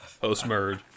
post-merge